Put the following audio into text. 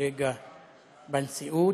כקולגה בנשיאות.